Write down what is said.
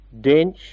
Dench